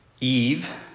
Eve